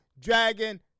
dragon